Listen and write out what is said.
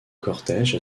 cortège